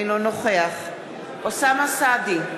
אינו נוכח אוסאמה סעדי,